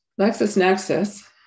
LexisNexis